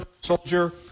soldier